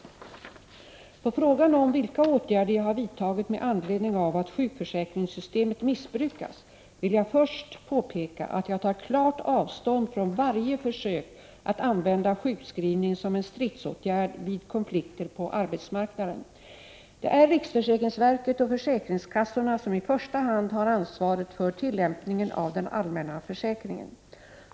Till svar på frågan om vilka åtgärder jag har vidtagit med anledning av att sjukförsäkringssystemet missbrukas vill jag först påpeka att jag tar klart avstånd från varje försök att använda sjukskrivning som en stridsåtgärd vid konflikter på arbetsmarknaden. Det är riksförsäkringsverket och försäkringskassorna som i första hand har ansvaret för tillämpningen av den allmänna försäkringen.